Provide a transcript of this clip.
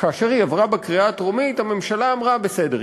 כאשר היא עברה בקריאה הטרומית הממשלה אמרה: בסדר,